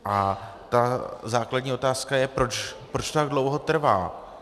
A základní otázka je, proč to tak dlouho trvá.